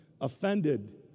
offended